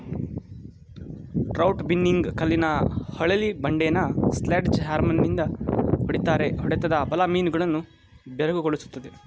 trout binning ಕಲ್ಲಿನ ಹೊಳೆಲಿ ಬಂಡೆನ ಸ್ಲೆಡ್ಜ್ ಹ್ಯಾಮರ್ನಿಂದ ಹೊಡಿತಾರೆ ಹೊಡೆತದ ಬಲ ಮೀನುಗಳನ್ನು ಬೆರಗುಗೊಳಿಸ್ತದೆ